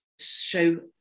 Show